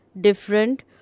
different